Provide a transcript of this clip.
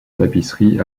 tapisseries